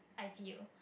I feel